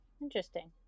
Interesting